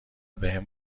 بهم